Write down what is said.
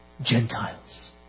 Gentiles